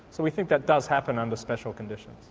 so we think that does happen under special conditions.